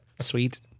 Sweet